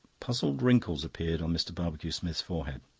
puzzled wrinkles appeared on mr. barbecue-smith's forehead.